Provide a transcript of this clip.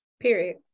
period